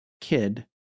kid